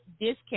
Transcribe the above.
discount